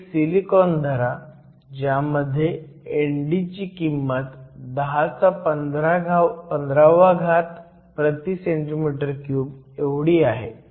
एक सिलिकॉन धरा ज्यामध्ये ND ची किंमत 1015 cm 3 आहे